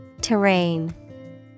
Terrain